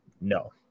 No